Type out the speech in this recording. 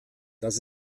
das